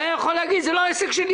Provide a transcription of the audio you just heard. הוא היה יכול להגיד: זה לא העסק שלי,